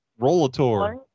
Rollator